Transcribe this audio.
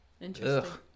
interesting